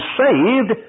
saved